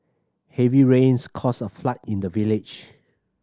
heavy rains caused a flood in the village